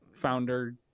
founder